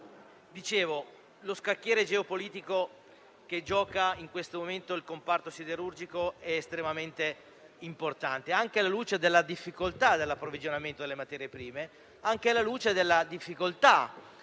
scacchiere geopolitico dal comparto siderurgico è estremamente importante, anche alla luce della difficoltà nell'approvvigionamento delle materie prime